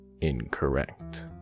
incorrect